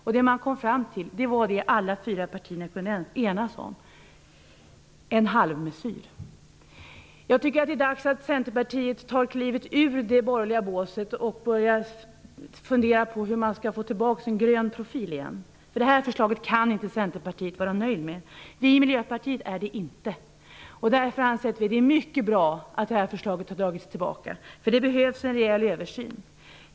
Vad man kom fram till var vad alla fyra partierna kunde enas om, nämligen en halvmesyr. Det är dags att Centerpartiet tar klivet ur det borgerliga båset och börjar fundera på hur man kan få tillbaka den gröna profilen. Det här förslaget kan väl ni i Centerpartiet inte vara nöjda med. Vi i Miljöpartiet är inte nöjda! Därför anser vi att det är mycket bra att förslaget har dragits tillbaka. Det behövs en rejäl översyn.